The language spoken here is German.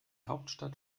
hauptstadt